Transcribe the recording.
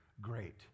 great